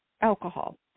alcohol